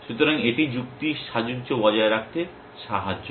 সুতরাং এটি যুক্তির সাযুজ্য বজায় রাখতে সাহায্য করে